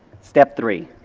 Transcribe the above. step three,